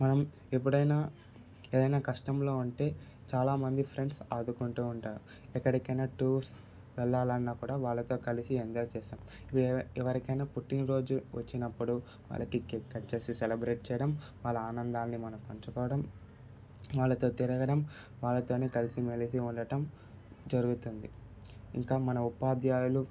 మనం ఎప్పుడైనా ఏదైనా కష్టంలో ఉంటే చాలామంది ఫ్రెండ్స్ ఆదుకుంటూ ఉంటారు ఎక్కడికైనా టూర్స్ వెళ్లాలన్నా కూడా వాళ్లతో కలిసి ఎంజాయ్ చేస్తాం ఎవరికైనా పుట్టిన రోజు వచ్చినప్పుడు వాళ్లకి కేక్ కట్ చేసి సెలెబ్రేట్ చేయడం వాళ్ల ఆనందాన్ని మనం పంచుకోవడం వాళ్లతో తిరగడం వాళ్ళతోనే కలిసి మెలసి ఉండటం జరుగుతుంది ఇంకా మన ఉపాధ్యాయులు